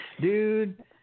Dude